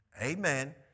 Amen